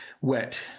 wet